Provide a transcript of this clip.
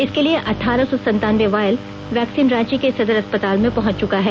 इसके लिए अठारह सौ संतानबे वायल वैक्सीन रांची के सदर अस्पताल में पहुंच चुका है